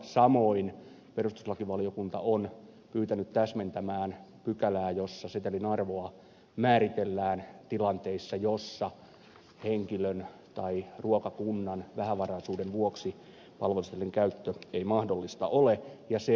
samoin perustuslakivaliokunta on pyytänyt täsmentämään pykälää jossa setelin arvoa määritellään tilanteissa joissa henkilön tai ruokakunnan vähävaraisuuden vuoksi palvelusetelin käyttö ei ole mahdollista